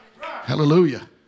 Hallelujah